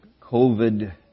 COVID